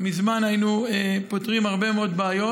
מזמן היינו פותרים הרבה מאוד בעיות.